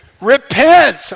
Repent